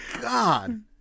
God